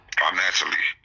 financially